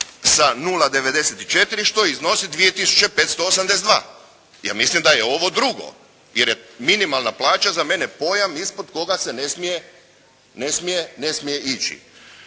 sa 0,94 što iznosi 2 tisuće 582? Ja mislim da je ovo drugo, jer je minimalna plaća za mene pojam ispod koga se ne smije ići.